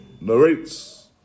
narrates